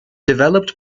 developed